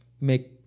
make